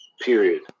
period